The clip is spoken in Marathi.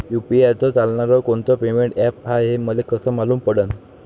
यू.पी.आय चालणारं कोनचं पेमेंट ॲप हाय, हे मले कस मालूम पडन?